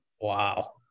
Wow